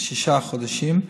שישה חודשים,